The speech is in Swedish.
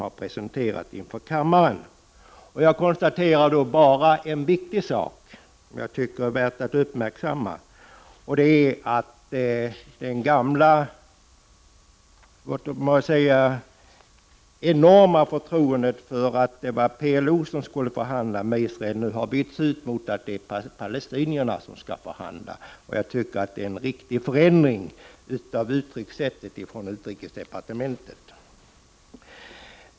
Jag vill då konstatera en viktig sak som jag anser är värd att uppmärksamma, nämligen att det tidigare enorma förtroendet för PLO när det gäller att PLO skulle förhandla med Israel nu har ändrats på det sättet att det nu är palestinierna som skall förhandla. Jag anser att det är en riktig förändring av uttryckssättet från utrikesdepartementet.